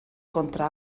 contra